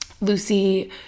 Lucy